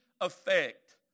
effect